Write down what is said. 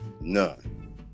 None